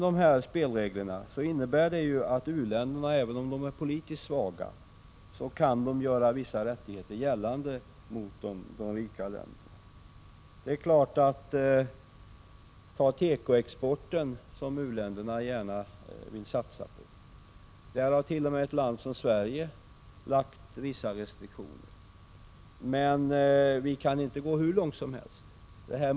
Dessa spelregler innebär ju att u-länderna, även om de är politiskt svaga, kan göra vissa rättigheter gällande gentemot de rika länderna. tekoexporten, som u-länderna gärna vill satsa på. Där har till och med ett land som Sverige lagt vissa restriktioner, men vi kan inte gå hur långt som helst.